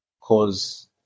cause